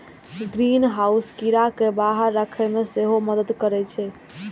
greenhouse कीड़ा कें बाहर राखै मे सेहो मदति करै छै